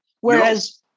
Whereas